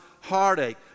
heartache